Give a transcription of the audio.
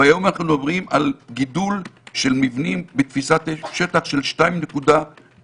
והיום אנחנו מדברים על גידול של מבנים בתפיסת שטח של 2.34%,